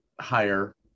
higher